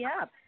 up